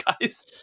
guys